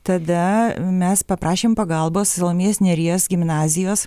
tada mes paprašėm pagalbos salomėjos nėries gimnazijos